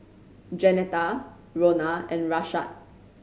Jeanetta Rhona and Rashad